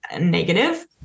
negative